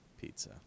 pizza